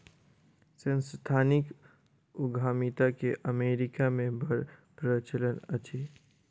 सांस्थानिक उद्यमिता के अमेरिका मे बड़ प्रचलन अछि